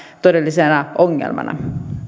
todellisena ongelmana